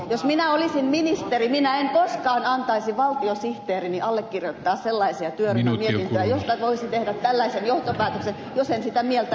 jos minä olisin ministeri minä en koskaan antaisi valtiosihteerini allekirjoittaa sellaisia työryhmämietintöjä joista voisi tehdä tällaisen johtopäätöksen jos en sitä mieltä olisi